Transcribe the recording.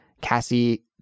Cassie